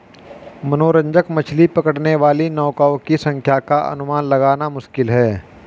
मनोरंजक मछली पकड़ने वाली नौकाओं की संख्या का अनुमान लगाना मुश्किल है